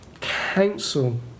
council